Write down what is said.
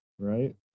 Right